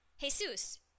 Jesus